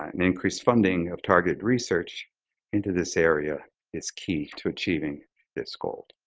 an increased funding of target research into this area is key to achieving this goal.